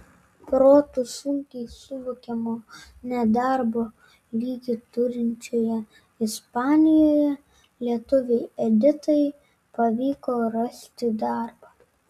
protu sunkiai suvokiamo nedarbo lygį turinčioje ispanijoje lietuvei editai pavyko rasti darbą